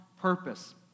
purpose